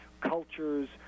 cultures